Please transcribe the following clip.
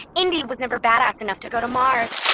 indy was never badass enough to go to mars